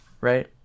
right